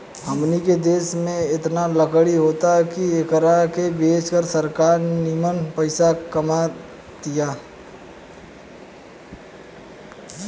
हमनी के देश में एतना लकड़ी होता की एकरा के बेच के सरकार निमन पइसा कमा तिया